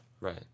Right